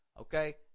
Okay